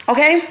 Okay